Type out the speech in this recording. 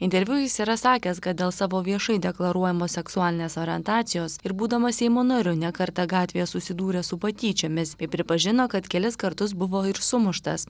interviu jis yra sakęs kad dėl savo viešai deklaruojamos seksualinės orientacijos ir būdamas seimo nariu ne kartą gatvėje susidūrė su patyčiomis bei pripažino kad kelis kartus buvo ir sumuštas